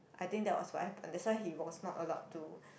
I think that was what happened that's why he was not allowed to